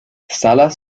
salas